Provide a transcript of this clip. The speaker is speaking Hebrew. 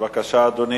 בבקשה, אדוני.